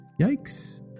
Yikes